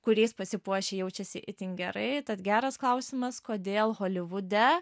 kuriais pasipuošę jaučiasi itin gerai tad geras klausimas kodėl holivude